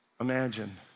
Imagine